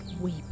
weep